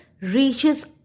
reaches